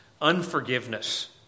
Unforgiveness